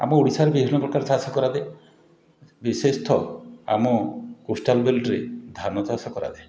ଆମ ଓଡ଼ିଶାରେ ବିଭିନ୍ନପ୍ରକାରର ଚାଷ କରାଯାଏ ବିଶିଷ୍ଟ ଆମ କୋଷ୍ଟାଲ ବିଲ୍ଟରେ ଧାନଚାଷ କରାଯାଏ